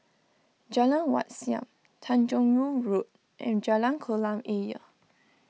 Jalan Wat Siam Tanjong Rhu Road and Jalan Kolam Ayer